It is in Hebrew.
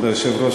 כבוד היושב-ראש,